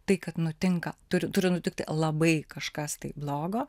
tai kad nutinka turi turi nutikti labai kažkas blogo